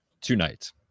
tonight